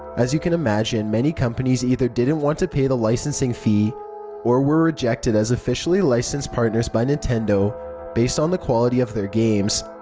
as you can imagine, many companies either didn't want to pay the licensing fee or were rejected as officially licensed partners by nintendo based on the quality of their games.